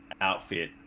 outfit